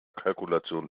kalkulation